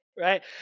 Right